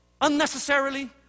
unnecessarily